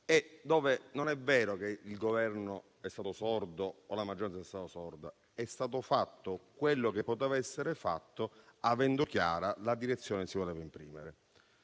Non è vero che il Governo o la maggioranza sono stati sordi, ma è stato fatto quello che poteva essere fatto, avendo chiara la direzione che si voleva imprimere.